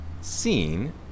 Seen